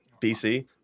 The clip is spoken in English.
bc